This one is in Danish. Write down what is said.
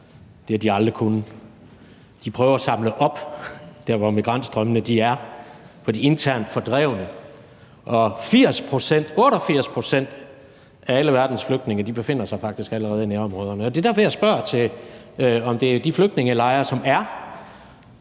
Det har de aldrig kunnet. De prøver at samle op på de internt fordrevne der, hvor migrantstrømmene er, og 88 pct. af alle verdens flygtninge befinder sig faktisk allerede i nærområderne. Og det er derfor, jeg spørger til, om det er de flygtningelejre, som der er, og